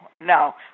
no